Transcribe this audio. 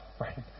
right